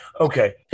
Okay